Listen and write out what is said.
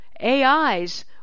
AI's